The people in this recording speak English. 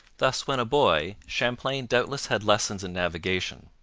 thus when a boy champlain doubtless had lessons in navigation,